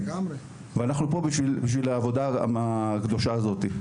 ואנחנו פה בשביל העבודה הקדושה הזאת.